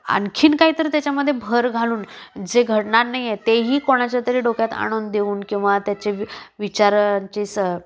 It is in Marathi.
आणखीन काही तर त्याच्यामध्ये भर घालून जे घडणार नाही आहे तेही कोणाच्या तरी डोक्यात आणून देऊन किंवा त्याचे विचारांचे स